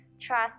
trust